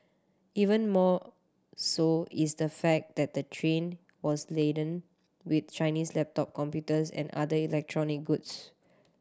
even more so is the fact that the train was laden with Chinese laptop computers and other electronic goods